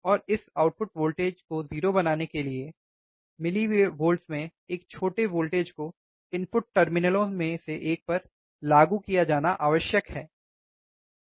और इस output voltage 0 को बनाने के लिए मिलीवोल्ट में एक छोटे वोल्टेज को इनपुट टर्मिनलों में से एक पर लागू किया जाना आवश्यक है ठीक है